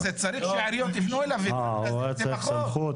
צריך שהעיריות יפנו אליו --- הוא היה צריך סמכות?